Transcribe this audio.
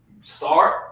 start